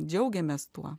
džiaugiamės tuo